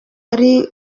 ari